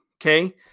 Okay